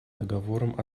договором